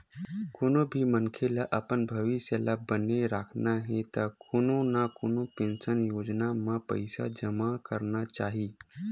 कोनो भी मनखे ल अपन भविस्य ल बने राखना हे त कोनो न कोनो पेंसन योजना म पइसा जमा करना चाही